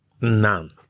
None